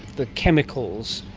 the chemicals,